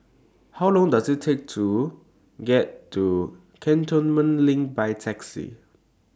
How Long Does IT Take to get to Cantonment LINK By Taxi